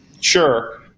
Sure